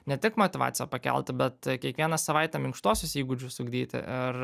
ne tik motyvaciją pakelti bet kiekvieną savaitę minkštuosius įgūdžius ugdyti ar